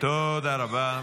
תודה רבה.